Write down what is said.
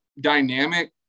dynamic